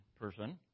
person